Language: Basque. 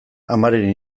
amaren